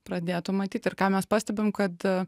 pradėtų matyt ir ką mes pastebim kad